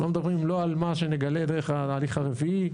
אנחנו לא מדברים לא על מה שנגלה דרך ההליך הרביעי,